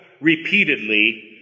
repeatedly